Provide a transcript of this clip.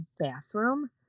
bathroom